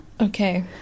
Okay